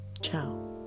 Ciao